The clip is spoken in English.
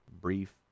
brief